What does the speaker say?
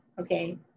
okay